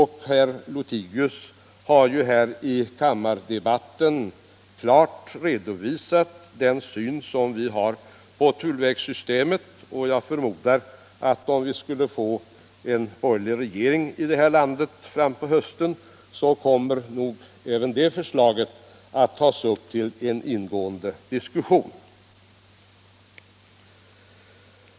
Herr Lothigius har ju här i kammardebatten klart redovisat den syn som vi har på tullvägsystemet, och jag förmodar att om vi skulle få borgerlig regering fram på hösten, kommer även det förslaget att tas upp till ingående diskussion.